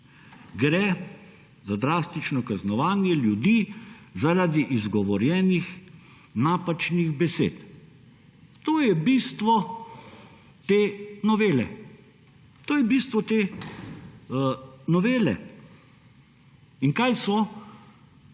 Gre za drastično kaznovanje ljudi zaradi izgovorjenih napačnih besed. To je bistvo te novele. To je